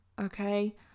Okay